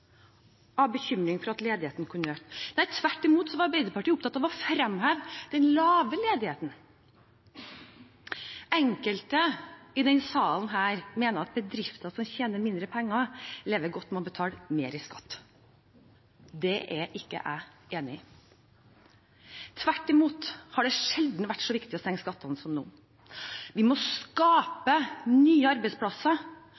av bekymring for at ledigheten kunne øke, tvert imot var Arbeiderpartiet opptatt av å fremheve den lave ledigheten. Enkelte i denne salen mener at bedrifter som tjener mindre penger, lever godt med å betale mer skatt. Det er ikke jeg enig i. Tvert imot har det sjelden vært så viktig å senke skattene som nå. Vi må skape nye arbeidsplasser,